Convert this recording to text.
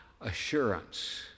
assurance